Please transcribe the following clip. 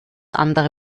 andere